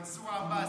מנסור עבאס,